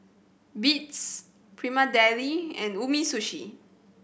Beats Prima Deli and Umisushi